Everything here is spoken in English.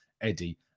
Eddie